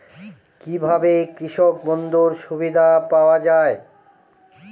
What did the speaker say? কি ভাবে কৃষক বন্ধুর সুবিধা পাওয়া য়ায়?